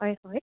হয় হয়